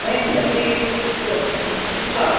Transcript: वयं सर्वे श्रुत्वा श्रुत्वा